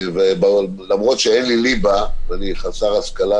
ולמרות שאין לי ליבה ואני חסר השכלה,